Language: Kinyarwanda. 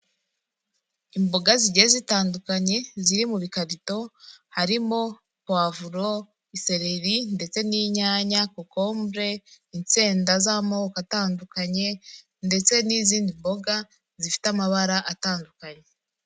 Imboga zigiye zitandukanye ziri mubikarito, harimo puwavuro, isereri ndetse n'inyanya, cokombure, insenda z'amoko atandukanye ndetse n'izindi mboga zifite amabara atandukanye.